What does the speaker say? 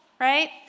Right